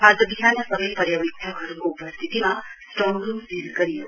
आज विहान सवै पर्यवेक्षकहरुको उपस्थिती स्ट्रङ रुम सील गरियो